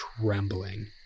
trembling